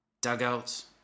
Dugouts